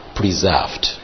preserved